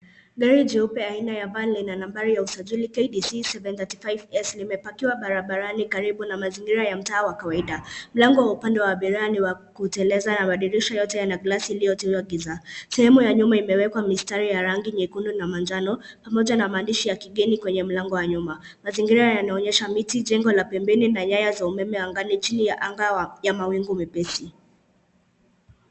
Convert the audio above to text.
Gari jeupe aina ya van lina nambari ya usajili KDC 735S, limepakiwa barabarani karibu na mazingira ya mtaa wa kawaida. Mlango wa upande wa abiria ni wa kuteleza na madirisha yote yana gilasi iliyotiwa giza. Sehemu ya nyuma imewekwa mistari ya rangi nyekundu na manjano pamoja na maandishi ya kigeni kwenye mlango wa nyuma. Mazingira yanaonyesha miti, jengo na pembeni na nyaya za umeme angani chini ya anga ya mawingu mepesi.